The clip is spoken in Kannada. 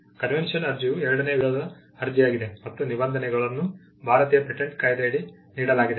ಕನ್ವೆನ್ಷನ್ ಅರ್ಜಿಯು ಎರಡನೇ ವಿಧದ ಅರ್ಜಿಯಾಗಿದೆ ಮತ್ತು ನಿಬಂಧನೆಗಳನ್ನು ಭಾರತೀಯ ಪೇಟೆಂಟ್ ಕಾಯ್ದೆಯಡಿ ನೀಡಲಾಗಿದೆ